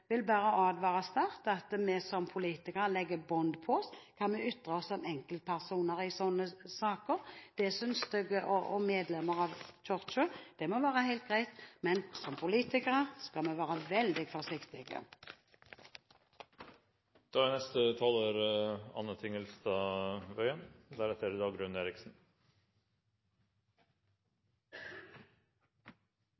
vil bare sterkt advare her, at vi som politikere legger bånd på oss når det gjelder hva vi ytrer oss om som enkeltpersoner i sånne saker. Som medlemmer av Kirken må det være helt greit, men som politikere skal vi være veldig